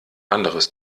anders